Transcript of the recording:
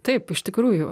taip iš tikrųjų